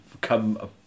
come